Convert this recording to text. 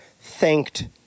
thanked